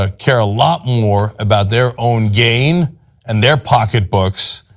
ah care a lot more about their own gain and their pocketbooks,